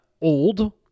old